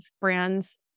brands